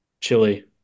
Chili